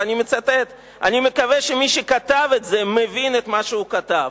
ואני מצטט: אני מקווה שמי שכתב את זה מבין את מה שהוא כתב.